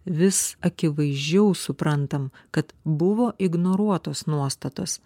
vis akivaizdžiau suprantam kad buvo ignoruotos nuostatos